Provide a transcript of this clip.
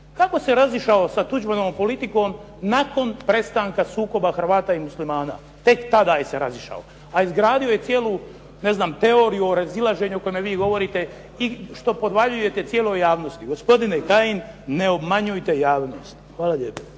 kako se razišao sa Tuđmanovom politikom nakon prestanka sukoba Hrvata i muslimana? Tek tada se razišao, a izgradio je cijelu, ne znam teoriju o razilaženju o kojemu vi govorite i što podvaljujete cijeloj javnosti. Gospodine Kajin, ne obmanjujte javnost. Hvala lijepo.